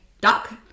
duck